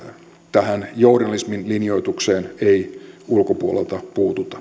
tähän journalismin linjoitukseen ei ulkopuolelta puututa